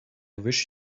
wish